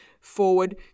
forward